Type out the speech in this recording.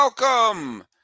Welcome